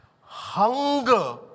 Hunger